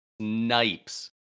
snipes